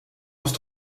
was